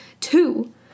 Two